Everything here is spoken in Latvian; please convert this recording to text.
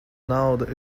nauda